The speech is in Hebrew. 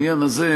בעניין הזה,